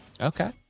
Okay